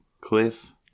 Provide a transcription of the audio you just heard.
Cliff